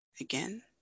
Again